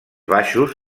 baixos